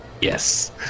Yes